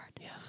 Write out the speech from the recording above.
Yes